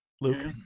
Luke